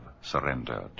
surrendered